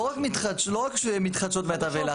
לא רק מתחדשות מעתה ואילך,